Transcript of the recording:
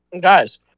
Guys